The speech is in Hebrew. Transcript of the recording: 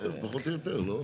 פחות או יותר, לא?